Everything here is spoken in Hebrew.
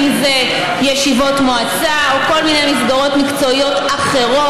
אם זה ישיבות מועצה או כל מיני מסגרות מקצועיות אחרות.